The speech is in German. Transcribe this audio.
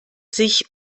sich